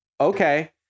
Okay